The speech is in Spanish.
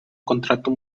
contrato